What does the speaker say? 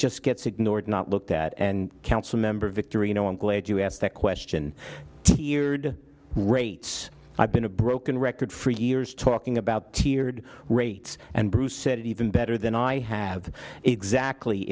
just gets ignored not looked at and council member victory you know i'm glad you asked that question tiered rates i've been a broken record for years talking about tiered rates and bruce said even better than i have exactly